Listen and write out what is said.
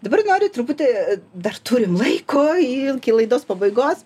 dabar noriu truputį dar turim laiko iki laidos pabaigos